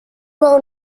well